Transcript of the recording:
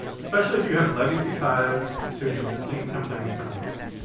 especially if you have legacy ties to an existing templating framework.